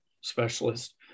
specialist